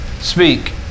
speak